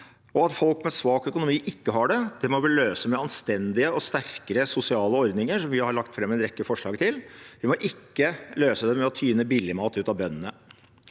folk med svak økonomi ikke har det, må vi løse med anstendige og sterkere sosiale ordninger, som vi har lagt fram en rekke forslag til. Vi må ikke løse det med å tyne billigmat ut av bøndene.